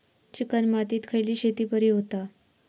Chicken मातीत खयली शेती बरी होता?